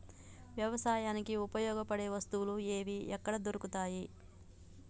వ్యవసాయానికి ఉపయోగపడే వస్తువులు ఏవి ఎక్కడ దొరుకుతాయి?